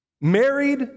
married